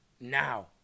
now